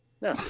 No